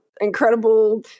incredible